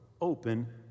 open